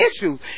issues